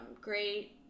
great